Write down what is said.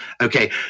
okay